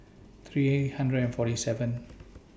three hundred and forty seventh